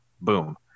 Boom